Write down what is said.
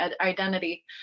identity